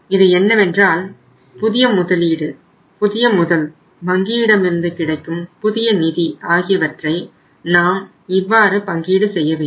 இது என்னவென்றால் புதிய முதலீடு புதிய முதல் வங்கியிடமிருந்து கிடைக்கும் புதிய நிதி ஆகியவற்றை நாம் இவ்வாறு பங்கீடு செய்ய வேண்டும்